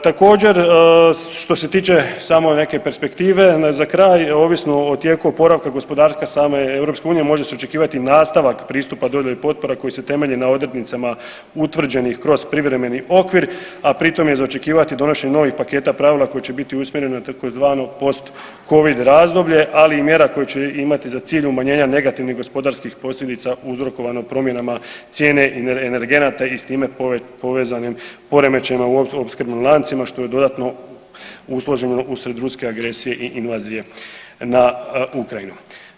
Također što se tiče samo neke perspektive za kraj, ovisno o tijeku oporavka gospodarstva same EU može se očekivati nastavak pristupa dodjele potpora koji se temelji na odrednicama utvrđenih kroz privremeni okvir, a pritom je za očekivati donošenje novih paketa pravila koji će biti usmjerena na tzv. postcovid razdoblje, ali i mjera koje će imati za cilj umanjenja negativnih gospodarskih posljedica uzrokovano promjenama cijene energenata i s njime povezanim poremećajima u opskrbnim lancima što je dodatno … [[Govornik se ne razumije]] usred ruske agresije i invazije na Ukrajini.